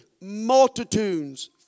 multitudes